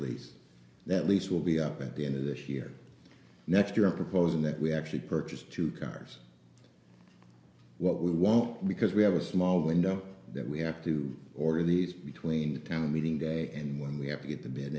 lease that lease will be up at the end of this year next year proposing that we actually purchase two cars what we won't because we have a small window that we have to order these between a town meeting day and when we have to get t